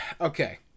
okay